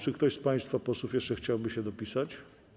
Czy ktoś z państwa posłów jeszcze chciałby się dopisać?